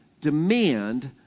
demand